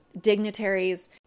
dignitaries